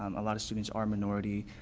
um a lot of students are minority.